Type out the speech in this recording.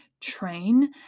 Train